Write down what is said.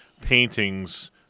paintings